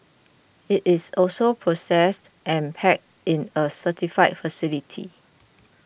it is also processed and packed in a certified facility